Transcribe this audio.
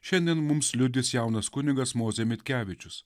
šiandien mums liudys jaunas kunigas mozė mitkevičius